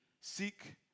Seek